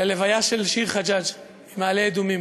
ללוויה של שיר חג'אג' ממעלה-אדומים.